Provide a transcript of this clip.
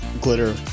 glitter